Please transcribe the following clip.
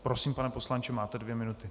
Prosím, pane poslanče, máte dvě minuty.